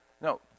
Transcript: No